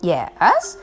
Yes